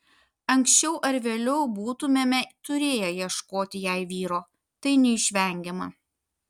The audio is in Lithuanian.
anksčiau ar vėliau būtumėme turėję ieškoti jai vyro tai neišvengiama